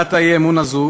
בהצעת האי-אמון הזאת